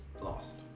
lost